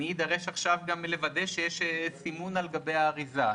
אדרש עכשיו לוודא גם שיש סימון על גבי האריזה.